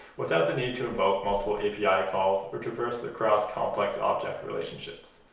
without the need to invoke multiple api ah calls or traverse across complex object relationships.